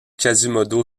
quasimodo